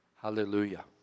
Hallelujah